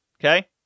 okay